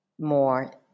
more